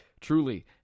truly